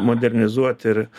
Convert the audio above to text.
modernizuoti ir